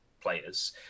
players